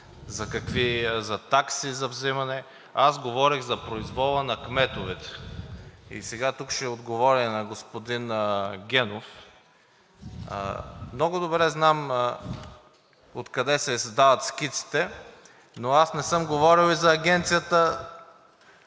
на такси, а аз говорех за произвола на кметовете. Сега тук ще отговаря на господин Генов. Много добре знам откъде се издават скиците, но аз не съм говорил и за Агенцията